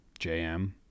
jm